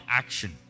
action